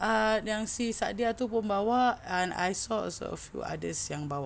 uh yang si Sadiah tu pun bawa and I saw a few others yang bawa